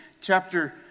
chapter